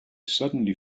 suddenly